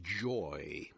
joy